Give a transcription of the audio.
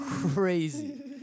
Crazy